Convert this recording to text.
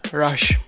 Rush